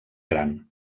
gran